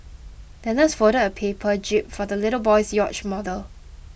the nurse folded a paper jib for the little boy's yacht model